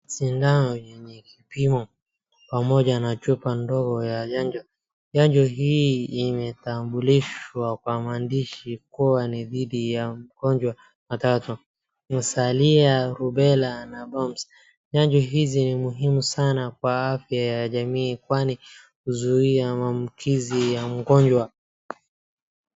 Sindano yenye kipimo, pamoja na chupa ndogo ya chanjo, chanjo hii imetambulishwa kwa maandishi kuwa ni dhidi ya magonjwa matatu, saria, rubella, na Mumps na chanjo hizi ni muhimu sana kwa afya ya jamii kwani huzuia maambukizi ya magonjwa.